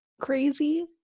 crazy